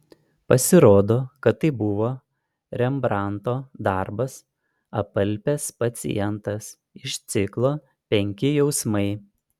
pasirodo kad tai buvo rembrandto darbas apalpęs pacientas iš ciklo penki jausmai